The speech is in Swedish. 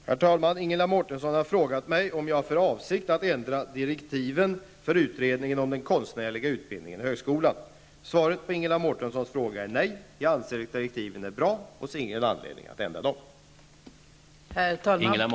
Herr talman! Ingela Mårtensson har frågat mig om jag har för avsikt att ändra direktiven för utredningen om den konstnärliga utbildningen i högskolan. Svaret på Ingela Mårtenssons fråga är nej. Jag anser att direktiven är bra och ser ingen anledning att ändra på dem.